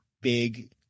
big